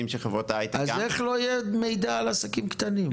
אז איך אין מידע על עסקים קטנים אונליין?